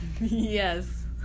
Yes